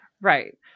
Right